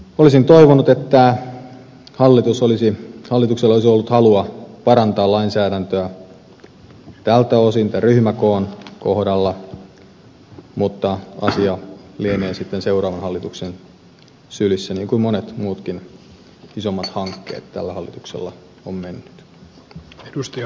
olisin toivonut että hallituksella olisi ollut halua parantaa lainsäädäntöä tältä osin tämän ryhmäkoon kohdalla mutta asia lienee sitten seuraavan hallituksen sylissä niin kuin monet muutkin isommat hankkeet tällä hallituksella ovat menneet